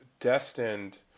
destined